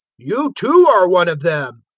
you, too, are one of them.